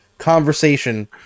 conversation